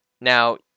Now